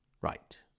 Right